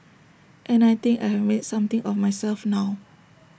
and I think I have made something of myself now